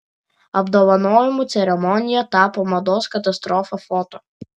apdovanojimų ceremonija tapo mados katastrofa foto